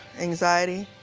anxiety